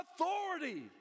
authority